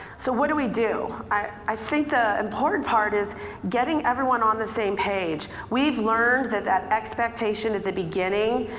so what do we do? i think that the important part is getting everyone on the same page. we've learned that that expectation at the beginning,